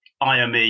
IME